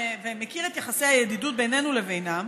ומכיר את יחסי הידידות בינינו לבינם,